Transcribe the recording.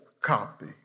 copy